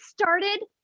started